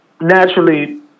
naturally